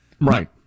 Right